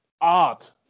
art